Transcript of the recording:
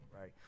right